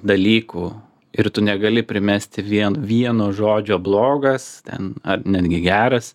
dalykų ir tu negali primesti vien vieno žodžio blogas ten ar netgi geras